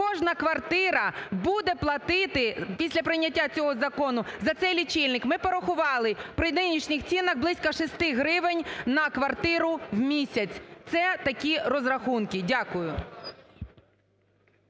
кожна квартира буде платити після прийняття цього закону за цей лічильник. Ми порахували, при нинішніх цінах близько 6 гривень на квартиру в місяць – це такі розрахунки. Дякую.